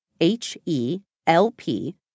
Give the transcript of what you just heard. H-E-L-P